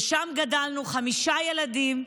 ושם גדלנו חמישה ילדים,